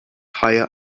higher